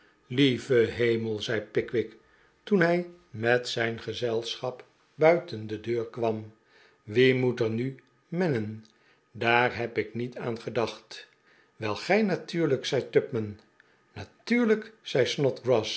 lieve hemel zei pickwick toen hij met zijn gezelschap buiten de deur kwam wie moet er nu mennen daar heb ik niet aan gedacht wel gij natuurlijk zei tupman natuurlijk